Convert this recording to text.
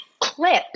Clips